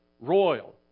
royal